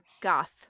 goth